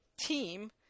team